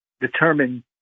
determine